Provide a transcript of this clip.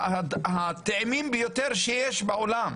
אחד הטעימים ביותר שיש בעולם,